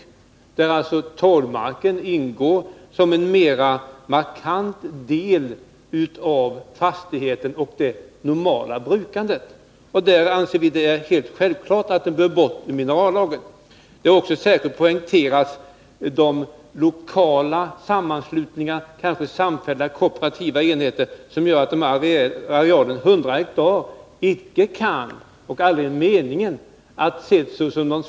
Torvmarken är en markant del av fastigheten och ingår i det normala brukandet. Vi anser det självklart att torven i sådana fall bör bort ur minerallagen. Det har också poängterats att arealen 100 hektar icke kan betraktas som en gräns som slaviskt skall följas med tanke på lokala sammanslutningar — kanske samfällda, kooperativa, enheter. Det har aldrig varit meningen.